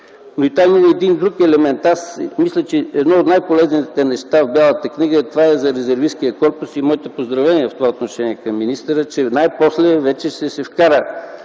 беше. Там има един друг елемент. Мисля, че едно от най-полезните неща в Бялата книга е за Резервисткия корпус. Моите поздравления в това отношение към министъра, че най-после вече ще се вкара